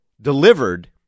delivered